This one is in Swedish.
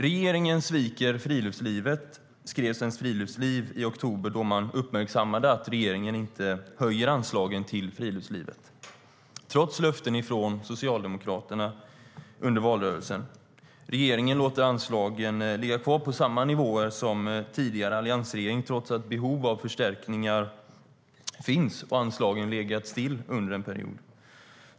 Regeringen sviker friluftslivet, skrev Svenskt Friluftsliv i oktober då man uppmärksammade att regeringen inte höjer anslagen till friluftslivet, trots löften från Socialdemokraterna under valrörelsen. Regeringen låter anslagen ligga kvar på samma nivåer som den tidigare alliansregeringen hade, trots att behov av förstärkningar finns och anslagen legat stilla under en period.